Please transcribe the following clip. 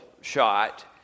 shot